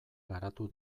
garatu